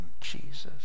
Jesus